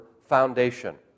foundation